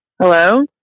Hello